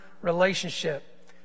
relationship